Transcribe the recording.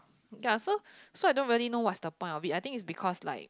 ya so so I don't really know what's the point of it I think is because like